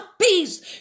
peace